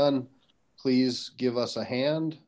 none please give us a hand